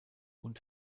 und